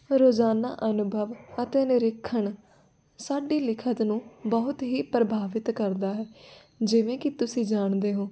ਰੋਜ਼ਾਨਾ ਅਨੁਭਵ ਅਤੇ ਨਿਰੀਖਣ ਸਾਡੀ ਲਿਖਤ ਨੂੰ ਬਹੁਤ ਹੀ ਪ੍ਰਭਾਵਿਤ ਕਰਦਾ ਹੈ ਜਿਵੇਂ ਕਿ ਤੁਸੀਂ ਜਾਣਦੇ ਹੋ